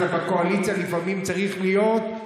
בקואליציה אתה לפעמים צריך להיות,